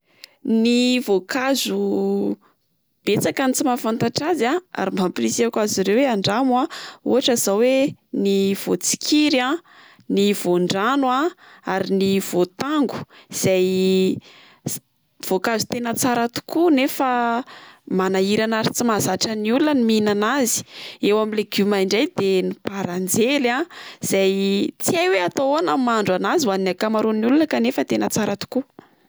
Ny voankazo betsaka ny tsy mahafantatra azy a ary mba ampirisihako azy ireo oe andramo a ohatra zao oe: ny vôtsikiry a, ny vôndrano a ary ny voatango izay voankazo tena tsara tokoa nefa manahirana ary tsy mahazatra ny olona ny mihinana azy. Eo amin'ny legioma indray de ny baranjely a izay tsy hay oe atao ahoana ny mahandro an'azy hoan'ny akamaroan'ny olona kanefa tena tsara tokoa.